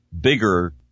bigger